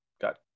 got